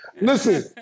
Listen